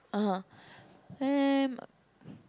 (uh huh) um